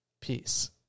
Peace